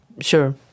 Sure